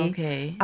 Okay